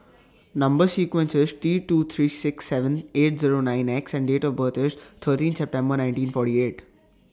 Number sequence IS T two three six seven eight Zero nine X and Date of birth IS thirteen September nineteen forty eight